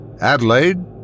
Adelaide